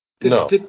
No